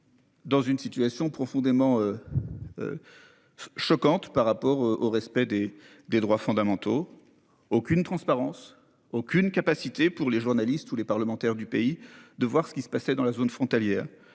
Dans une situation profondément. Choquante par rapport au respect des des droits fondamentaux. Aucune transparence aucune capacité pour les journalistes ou les parlementaires du pays de voir ce qui se passait dans la zone frontalière,